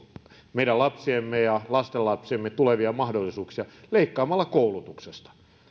meidän lapsiemme ja lastenlapsiemme tulevia mahdollisuuksia leikkaamalla koulutuksesta